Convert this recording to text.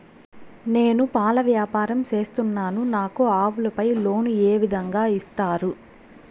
నేను పాల వ్యాపారం సేస్తున్నాను, నాకు ఆవులపై లోను ఏ విధంగా ఇస్తారు